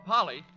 Polly